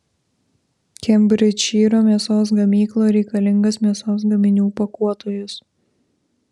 kembridžšyro mėsos gamykloje reikalingas mėsos gaminių pakuotojas